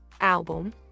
album